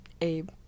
Abe